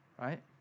Right